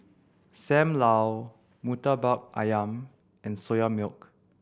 Sam Lau Murtabak Ayam and Soya Milk